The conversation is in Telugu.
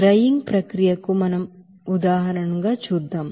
డ్రైయింగ్ ప్రక్రియకు మనం ఉదాహరణ చేద్దాం